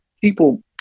people